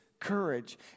courage